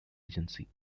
agency